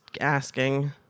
asking